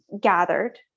gathered